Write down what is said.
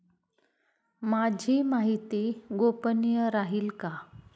माझी माहिती गोपनीय राहील का?